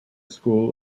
school